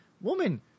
woman